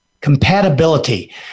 compatibility